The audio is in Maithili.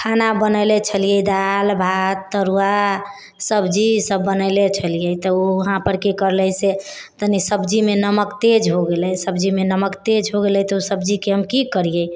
खाना बनेले छलिए दालि भात तरुआ सब्जी सब बनेले छलिए तऽ वहाँपर की करिले से तनी सब्जीमे नमक तेज हो गेलै सब्जीमे नमक तेज हो गेलै तऽ ओ सब्जीके हम की करिए